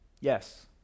Yes